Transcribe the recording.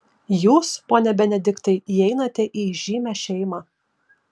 jūs pone benediktai įeinate į įžymią šeimą